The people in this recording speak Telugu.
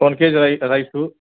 వన్ కేజీ రై రైసు